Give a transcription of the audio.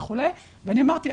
ואני אמרתי,